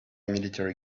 military